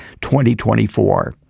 2024